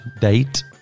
date